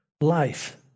life